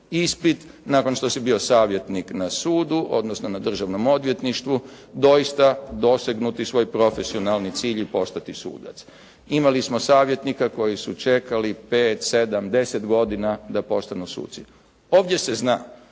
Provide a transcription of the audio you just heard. ispit, nakon što si bio savjetnik na sudu, odnosno na državnom odvjetništvu, doista dosegnuti svoj profesionalni cilj i postati sudac. Imali smo savjetnika koji su čekali 5, 7, 10 godina da postanu suci. Ovdje se zna,